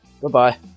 Goodbye